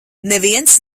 neviens